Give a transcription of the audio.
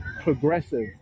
progressive